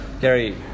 Gary